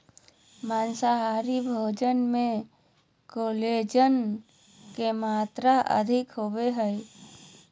माँसाहारी भोजन मे कोलेजन के मात्र अधिक होवो हय